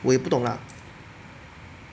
我也不懂 lah